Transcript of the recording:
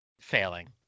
failing